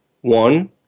one